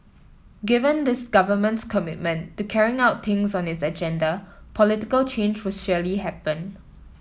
given this Government's commitment to carrying out things on its agenda political change will surely happen